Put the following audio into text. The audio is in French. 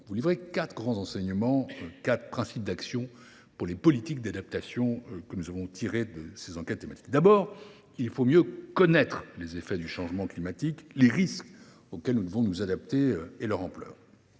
vous livrer quatre grands enseignements et principes d’action pour les politiques d’adaptation que nous avons tirés de ces enquêtes thématiques. Premier enseignement, nous devons mieux connaître les effets du changement climatique, les risques auxquels nous devons nous adapter et leur ampleur.